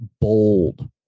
bold